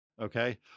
okay